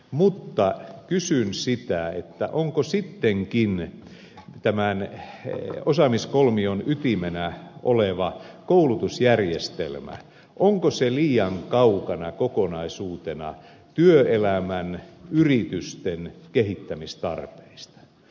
mutta kysyn sitä onko sittenkin tämän osaamiskolmion ytimenä oleva koulutusjärjestelmä kokonaisuutena liian kaukana työelämän yritysten kehittämistarpeista